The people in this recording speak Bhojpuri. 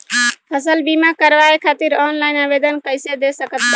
फसल बीमा करवाए खातिर ऑनलाइन आवेदन कइसे दे सकत बानी?